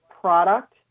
product